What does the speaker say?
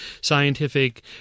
scientific